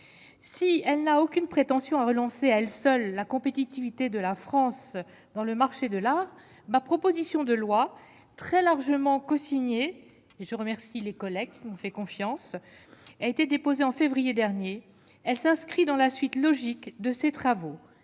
si elle n'a aucune prétention à relancer à elle seule la compétitivité de la France dans le marché de la ma proposition de loi très largement cosigné et je remercie les collègues m'ont fait confiance a été déposée en février dernier, elle s'inscrit dans la suite logique de ces travaux,